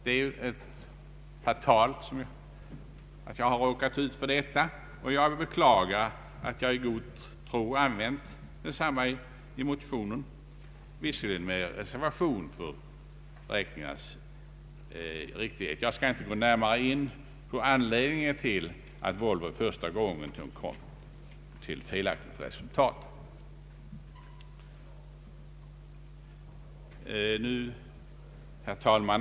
Det är fatalt att jag har råkat ut för detta, och jag beklagar att jag i god tro använt dessa beräkningar i min motion, visserligen med reservation för beräkningarnas riktighet. Jag skall inte gå närmare in på anledningen till att Volvo i första omgången kom fram till felaktigt resultat. Herr talman!